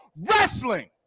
wrestling